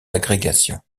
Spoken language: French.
agrégation